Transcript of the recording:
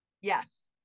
Yes